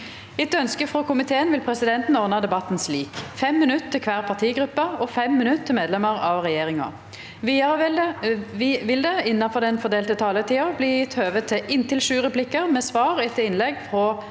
Etter ønske fra justiskomi- teen vil presidenten ordne debatten slik: 3 minutter til hver partigruppe og 3 minutter til medlemmer av regjeringen. Videre vil det – innenfor den fordelte taletid – bli gitt anledning til inntil fem replikker med svar etter innlegg fra